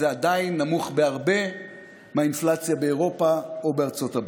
אבל זה עדיין נמוך בהרבה מהאינפלציה באירופה או בארצות הברית.